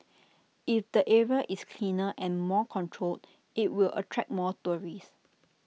if the area is cleaner and more controlled IT will attract more tourists